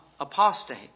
apostate